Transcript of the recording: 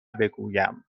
بگویم